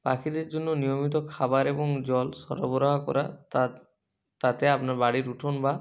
পাখিদের জন্য নিয়মিত খাবার এবং জল সরবরাহ করা তাতে আপনার বাড়ির উঠোন বা